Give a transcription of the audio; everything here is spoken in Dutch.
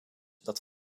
dat